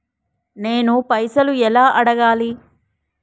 నేను పైసలు ఎలా అడగాలి?